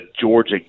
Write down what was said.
Georgia